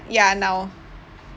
ya now